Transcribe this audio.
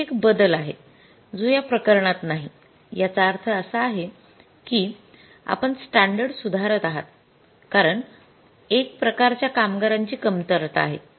येथे एक बदल आहे जो या प्रकरणात नाही याचा अर्थ असा आहे की आपण स्टॅंडर्ड सुधारत आहात कारण 1 प्रकारच्या कामगारांची कमतरता आहे